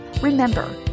Remember